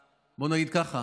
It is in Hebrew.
ובוא נגיד כך: